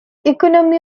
economy